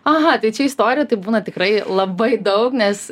aha tai čia istorijų tai būna tikrai labai daug nes